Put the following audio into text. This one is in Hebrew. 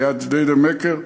ליד ג'דיידה-מכר.